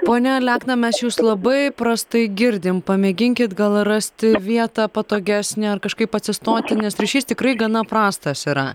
pone alekna mes jūs labai prastai girdim pamėginkit gal rasti vietą patogesnę ar kažkaip atsistoti nes ryšys tikrai gana prastas yra